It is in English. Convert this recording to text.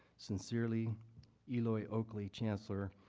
sincerely eli oakley, chancellor,